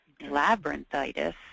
Labyrinthitis